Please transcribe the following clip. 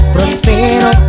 Prospero